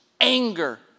anger